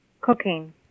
Cooking